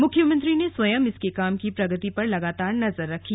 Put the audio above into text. मुख्यमंत्री ने स्वयं इसके काम की प्रगति पर लगातार नजर रखी